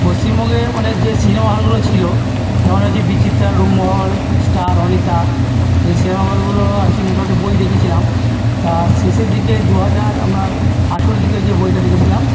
পশ্চিমবঙ্গের অনেক যে সিনেমাহলগুলো ছিলো যেমন হচ্ছে বিচিত্রা রুপমহল স্টার অনিতা এই সিনেমাহলগুলো আছে মোটামুটি বই দেখেছিলাম তার শেষের দিকে দুহাজার আপনার আঠেরোর দিকে যে বইটা দেখেছিলাম